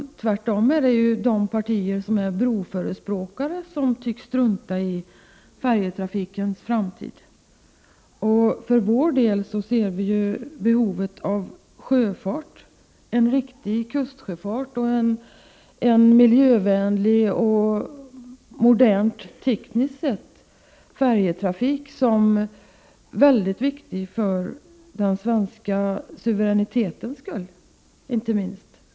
Det är i stället så att de partier som är broförespråkare tycks strunta i färjetrafikens framtid. För vår del anser vi att behovet av sjöfart, av riktig kustsjöfart, och en miljövänligare och tekniskt modern färjetrafik är mycket väsentligt, inte minst för den svenska suveränitetens skull.